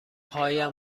پایم